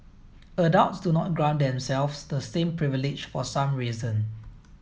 adults do not grant themselves the same privilege for some reason